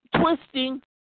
twisting